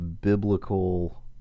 biblical